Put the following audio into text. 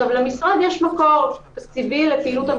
למשרד יש מקור טבעי לפעילות.